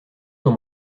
dans